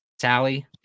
Sally